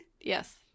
Yes